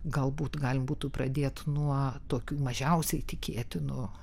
galbūt galim būtų pradėt nuo tokių mažiausiai tikėtinų